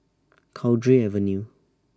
Cowdray Avenue